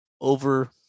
over